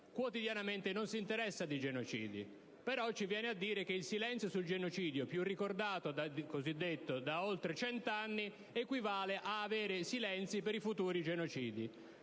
quotidianamente non si interessa di genocidi, però ci viene a dire che il silenzio sul genocidio più ricordato da oltre cent'anni equivale ad avere silenzi per i futuri genocidi.